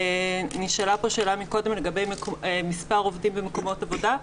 נשאלה פה קודם שאלה לגבי מספר עובדים במקומות עבודה,